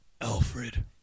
alfred